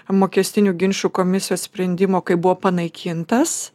mokestinių ginčų komisijos sprendimų kai buvo panaikintas